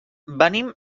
venim